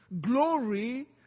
glory